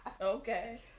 Okay